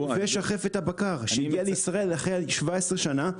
-- זה שחפת הבקר שהגיע לישראל אחרי 17 שנה,